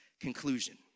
conclusion